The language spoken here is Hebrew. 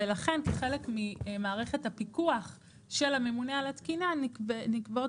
ולכן כחלק ממערכת הפיקוח של הממונה על התקינה נקבעות